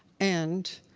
and,